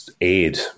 aid